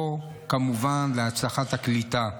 או כמובן להצלחת הקליטה.